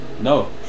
No